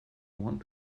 want